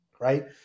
right